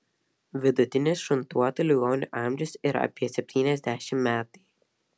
vidutinis šuntuotų ligonių amžius yra apie septyniasdešimt metai